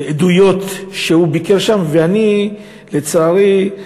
בעדויות, והוא ביקר שם, ולי, לצערי,